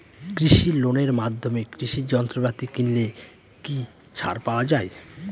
কৃষি লোনের মাধ্যমে কৃষি যন্ত্রপাতি কিনলে কি ছাড় পাওয়া যায়?